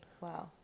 Wow